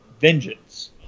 Vengeance